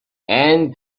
and